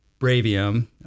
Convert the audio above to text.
Bravium